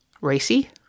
racy